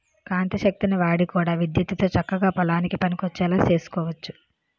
కాంతి శక్తిని వాడి కూడా విద్యుత్తుతో చక్కగా పొలానికి పనికొచ్చేలా సేసుకోవచ్చు